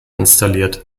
installiert